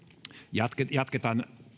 jatketaan jatketaan